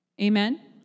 Amen